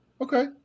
Okay